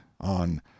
on